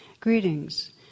Greetings